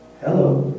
Hello